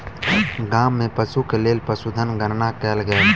गाम में पशु के लेल पशुधन गणना कयल गेल